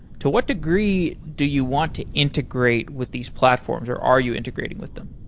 to what degree do you want to integrate with these platforms, or are you integrating with them?